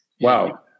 Wow